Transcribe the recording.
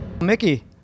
Mickey